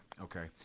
Okay